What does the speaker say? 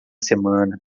semana